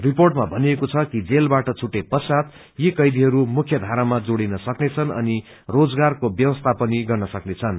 रिपोर्टमा भनिएको छ कि जेलबाट छुटे पश्चात् यी कैदीहरू मुख्यधारमा जोड़िन सक्नेछन् अनि रोजगारको व्यवस्था पनि गर्न सक्नेछन्